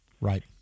Right